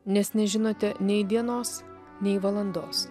nes nežinote nei dienos nei valandos